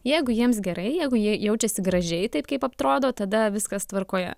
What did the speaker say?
jeigu jiems gerai jeigu jie jaučiasi gražiai taip kaip atrodo tada viskas tvarkoje